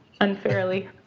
unfairly